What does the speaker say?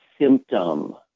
symptom